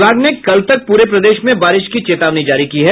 विभाग ने कल तक पूरे प्रदेश में बारिश की चेतावनी जारी की है